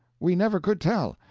we never could tell.